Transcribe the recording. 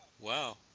Wow